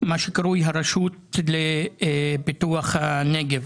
מה שקרוי הרשות לפיתוח הנגב.